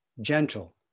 gentle